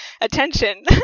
attention